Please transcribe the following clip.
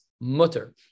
mutter